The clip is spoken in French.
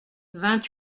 vingt